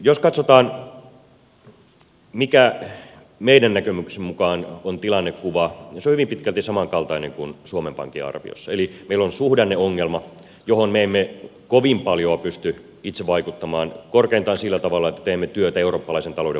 jos katsotaan mikä meidän näkemyksemme mukaan on tilannekuva se on hyvin pitkälti samankaltainen kuin suomen pankin arviossa eli meillä on suhdanneongelma johon me emme kovin paljoa pysty itse vaikuttamaan korkeintaan sillä tavalla että teemme työtä eurooppalaisen talouden vakauden puolesta